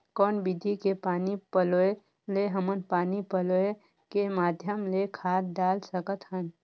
कौन विधि के पानी पलोय ले हमन पानी पलोय के माध्यम ले खाद डाल सकत हन?